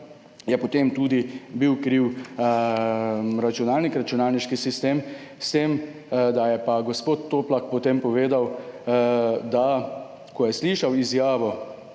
je, potem tudi bil kriv računalnik, računalniški sistem, s tem, da je pa gospod Toplak potem povedal, da ko je slišal izjavo